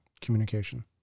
communication